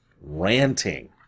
ranting